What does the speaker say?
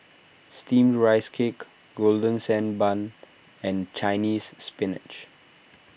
Steamed Rice Cake Golden Sand Bun and Chinese Spinach